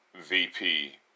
VP